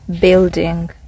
Building